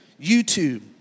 YouTube